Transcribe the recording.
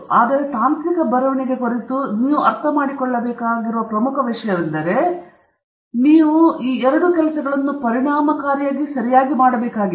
ಆದರೆ ತಾಂತ್ರಿಕ ಬರವಣಿಗೆ ಕುರಿತು ನೀವು ಅರ್ಥಮಾಡಿಕೊಳ್ಳಬೇಕಾಗಿರುವ ಪ್ರಮುಖ ವಿಷಯವೆಂದರೆ ನೀವು ಈ ಎರಡು ಕೆಲಸಗಳನ್ನು ಮಾಡಬೇಕಾಗಿರುವುದು ಅಥವಾ ನೀವು ಎಲ್ಲವನ್ನೂ ಪರಿಣಾಮಕಾರಿಯಾಗಿ ಸರಿಯಾಗಿ ಮಾಡಬೇಕಾಗಿದೆ